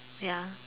ya